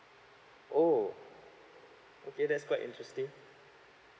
oh okay that's quite interesting